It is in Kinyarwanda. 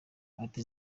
ati